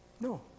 No